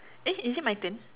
eh is it my turn